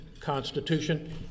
Constitution